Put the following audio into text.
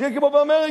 שיהיה כמו באמריקה,